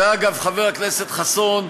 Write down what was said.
אגב, חבר הכנסת חסון,